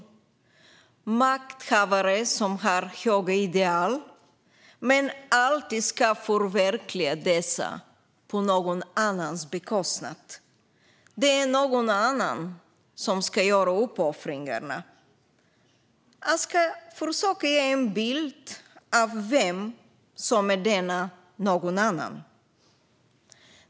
Det är makthavare som har höga ideal men som alltid ska förverkliga dessa på någon annans bekostnad. Det är någon annan som ska göra uppoffringarna. Jag ska försöka ge en bild av vem som är denna "någon annan".